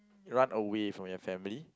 run away from your family